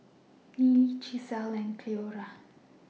Neely Gisele and Cleora